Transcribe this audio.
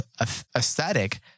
aesthetic